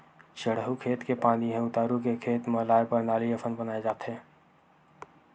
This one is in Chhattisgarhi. चड़हउ खेत के पानी ह उतारू के खेत म लाए बर नाली असन बनाए जाथे